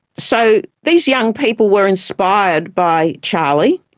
so these young people were inspired by charlie,